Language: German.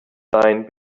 sein